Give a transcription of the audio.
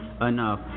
enough